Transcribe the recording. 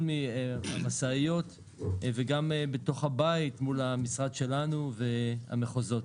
משאיות וגם בתוך הבית מול המשרד שלנו והמחוזות.